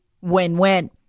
Win-win